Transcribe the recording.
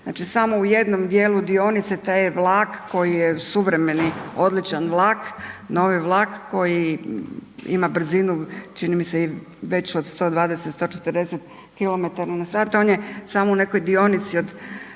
Znači samo u jednom dijelu dionice taj je vlak koji je suvremeni, odličan vlak, novi vlak koji ima brzinu čini mi se veću od 120, 140 km/h, on je samo u nekoj dionici od